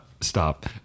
Stop